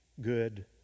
good